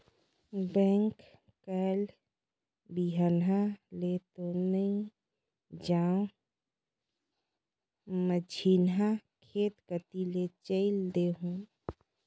bank कायल बिहन्हा ले तो नइ जाओं, मझिन्हा खेत कति ले चयल देहूँ